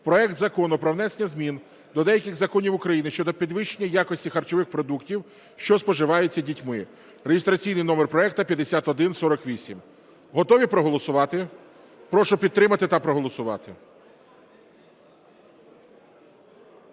проект Закону про внесення змін до деяких законів України щодо підвищення якості харчових продуктів, що споживаються дітьми (реєстраційний номер проекту 5148). Готові проголосувати? Прошу підтримати та проголосувати.